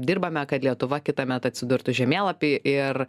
dirbame kad lietuva kitąmet atsidurtų žemėlapy ir